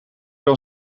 dan